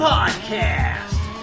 Podcast